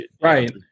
Right